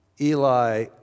Eli